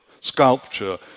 sculpture